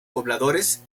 pobladores